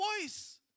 voice